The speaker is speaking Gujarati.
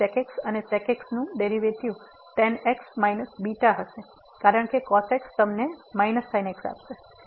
તેથી sec x અને sec x નું ડેરીવેટીવ tan x β હશે કારણ કે cos x તમને sin x આપશે